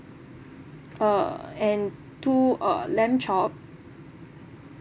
uh and two uh lamb chop